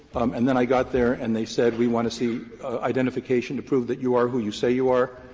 and then i got there and they said, we want to see identification to prove that you are who you say you are,